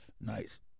Nice